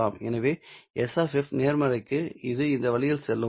எனவே S நேர்மறைக்கு இது இந்த வழியில் செல்லும்